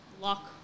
luck